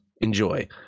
enjoy